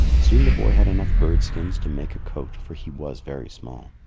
soon the boy had enough bird skins to make a coat, for he was very small.